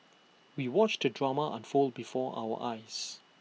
we watched the drama unfold before our eyes